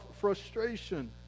frustration